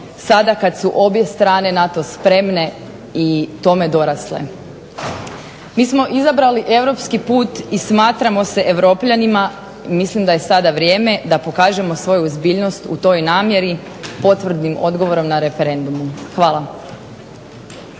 sada kada su obje strane na to spremne i tome dorasle. MI smo izabrali Europski put i smatramo se europljanima i mislim da je sada vrijeme da pokažemo svu ozbiljnost u toj namjeri potvrdnim odgovorom na referendumu. Hvala.